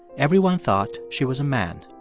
everyone thought she was a man.